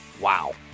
Wow